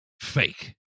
fake